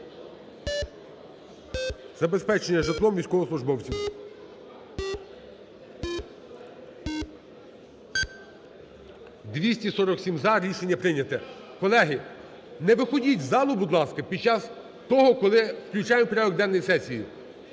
Забезпечення житлом військовослужбовців. 13:15:05 За-247 Рішення прийнято. Колеги, не виходіть із залу, будь ласка, під час того, коли включаємо у порядок денний сесії.